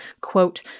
quote